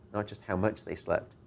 not just how much they slept.